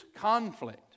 conflict